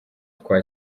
twa